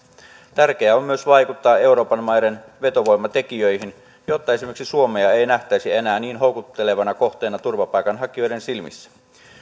tärkeää on myös vaikuttaa euroopan maiden vetovoimatekijöihin jotta esimerkiksi suomea ei nähtäisi enää niin houkuttelevana kohteena turvapaikanhakijoiden silmissä